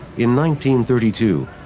in one thirty two,